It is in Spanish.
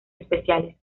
especiales